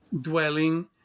dwelling